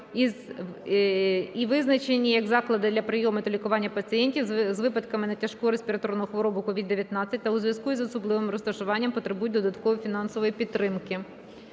і визначені, як заклади для прийому та лікування пацієнтів з випадками на тяжку респіраторну хворобу COVID - 19 та у зв'язку із особливостями розташування потребують додаткової фінансової підтримки.